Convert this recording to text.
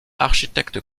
architecte